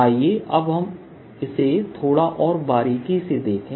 आइए अब इसे थोड़ा और बारीकी से देखें